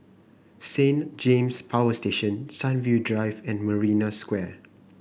Saint James Power Station Sunview Drive and Marina Square